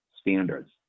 standards